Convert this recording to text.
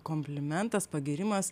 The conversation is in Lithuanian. komplimentas pagyrimas